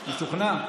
משוכנע?